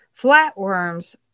flatworms